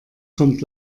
kommt